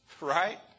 right